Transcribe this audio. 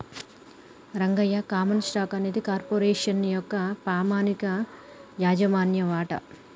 Rangayya common stock అనేది corporation యొక్క పామనిక యాజమాన్య వాట